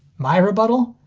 my rebuttal?